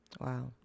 Wow